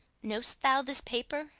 know'st thou this paper?